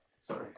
Sorry